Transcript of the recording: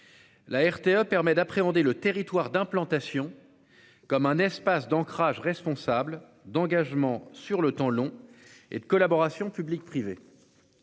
La RTA permet d'appréhender le territoire d'implantation. Comme un espace d'ancrage responsable d'engagement sur le temps long et de collaboration public-privé.